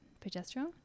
progesterone